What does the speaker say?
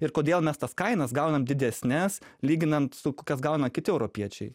ir kodėl mes tas kainas gaunam didesnes lyginant su kokias gauna kiti europiečiai